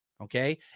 Okay